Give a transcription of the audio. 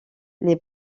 les